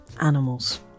animals